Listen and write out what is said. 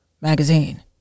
magazine